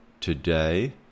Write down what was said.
today